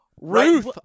Ruth